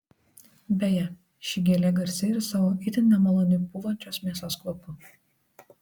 beje ši gėlė garsi ir savo itin nemaloniu pūvančios mėsos kvapu